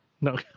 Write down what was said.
no